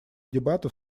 дебатов